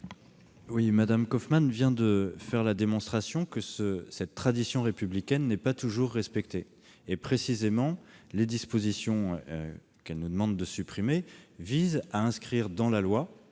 ? Mme Kauffmann vient de faire la démonstration que cette tradition républicaine n'est pas toujours respectée. Précisément, les dispositions qu'elle nous demande de supprimer visent à inscrire dans la loi